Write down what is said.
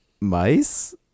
Mice